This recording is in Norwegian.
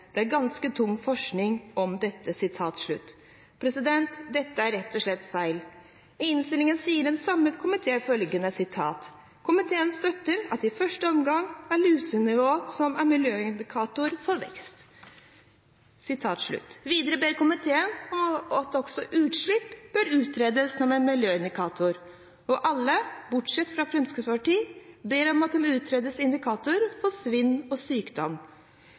Det er ganske tung forskning om dette.» Dette er rett og slett feil. I innstillingen sier en samlet komité følgende: «Komiteen støtter at det i første omgang er lusenivået som er miljøindikator for vekst.» Videre ber komiteen om at også utslipp bør utredes som en miljøindikator, og alle, bortsett fra Fremskrittspartiet, ber om at det må utredes indikatorer for svinn og sykdom.